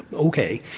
okay.